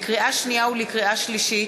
לקריאה שנייה ולקריאה שלישית: